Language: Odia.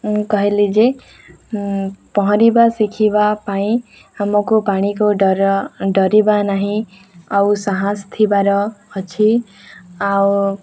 ମୁଁ କହିଲି ଯେ ପହଁରିବା ଶିଖିବା ପାଇଁ ଆମକୁ ପାଣିକୁ ଡର ଡରିବା ନାହିଁ ଆଉ ସାହସ ଥିବାର ଅଛି ଆଉ